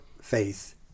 faith